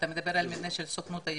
אתה מדבר על מבנה של הסוכנות היהודית.